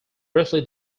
briefly